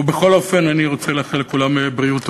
ובכל אופן, אני רוצה לאחל לכולם בריאות טובה,